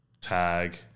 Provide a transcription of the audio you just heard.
tag